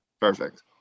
perfect